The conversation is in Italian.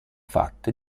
fatte